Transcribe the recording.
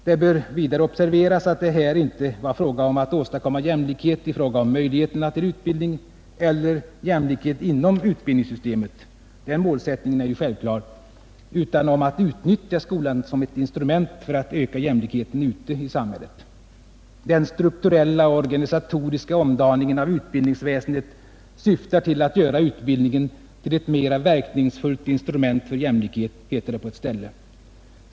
Det bör vidare observeras, att det här inte var fråga om att åstadkomma jämlikhet i möjligheterna till utbildning eller jämlikhet inom utbildningssystemet — den målsättningen är ju självklar — utan om att utnyttja skolan som ett instrument för att öka jämlikheten ute i samhället. ”Den strukturella och organisatoriska omdaningen av utbildningsväsendet syftar till att göra utbildningen till ett mera verkningsfullt instrument för jämlikhet”, heter det på ett ställe.